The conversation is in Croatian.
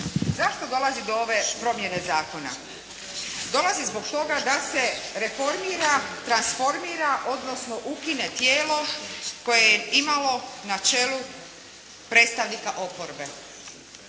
zašto dolazi do ove promjene zakona. Dolazi zbog toga da se reformira, transformira, odnosno ukine tijelo koje je imalo na čelu predstavnika oporbe.